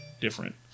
different